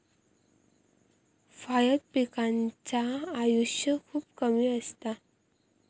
जायद पिकांचा आयुष्य खूप कमी असता